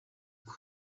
ubwo